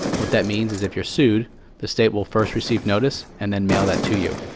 what that means is if you're sued the state will first receive notice and then mail that to you.